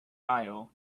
aisle